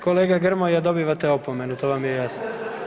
Kolega Grmoja dobivate opomenu to vam je jasno.